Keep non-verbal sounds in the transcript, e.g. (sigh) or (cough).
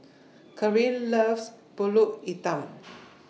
Carin loves Pulut Hitam (noise)